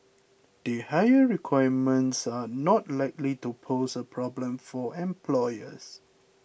the higher requirements are not likely to pose a problem for employers